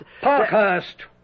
Parkhurst